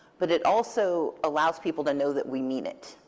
but it also allows people to know that we mean it.